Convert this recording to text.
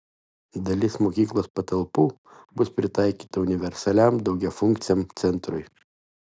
dalis mokyklos patalpų bus pritaikyta universaliam daugiafunkciam centrui